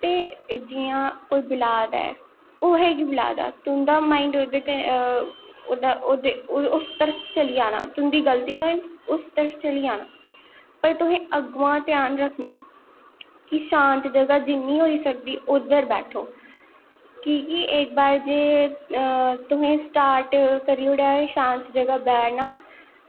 ते जि'यां कोई बुला दा ऐ कुसै गी बुला दा ऐ तुं'दा माइंड उस तरफ चली जाना तुं'दी गलती निं होऐ उस चली जाना पर तुसें अग्गुआं दा ध्यान रखना कि शांत जगह् जि'न्नी होई सकदी उद्धर बैठो कि कि इक बार जे तुसें स्टार्ट करी ओड़ेआ शांत जगह् बैठना